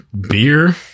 beer